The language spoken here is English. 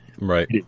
Right